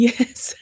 Yes